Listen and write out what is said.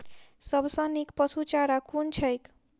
सबसँ नीक पशुचारा कुन छैक?